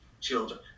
children